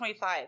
25